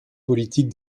politique